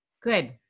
Good